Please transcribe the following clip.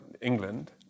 England